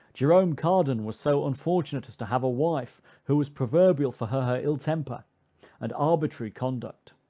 jerome cardan was so unfortunate as to have a wife who was proverbial for her ill temper and arbitrary conduct.